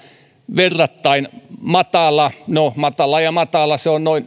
verrattain matala no matala ja matala se on